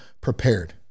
prepared